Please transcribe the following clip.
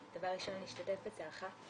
דבר ראשון אני משתתפת בצערך.